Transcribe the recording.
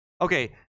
Okay